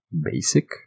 basic